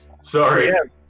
Sorry